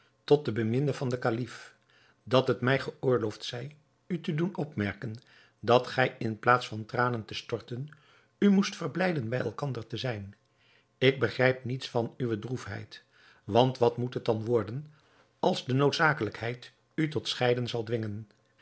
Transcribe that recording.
tot de beminde van den kalif dat het mij geoorloofd zij u te doen opmerken dat gij in plaats van tranen te storten u moest verblijden bij elkander te zijn ik begrijp niets van uwe droefheid want wat moet het dan worden als de noodzakelijkheid u tot scheiden zal dwingen